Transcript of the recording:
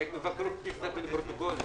התוכנית הכלכלית של המגזר הדרוזי והצ'רקסי.